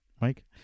Mike